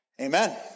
Amen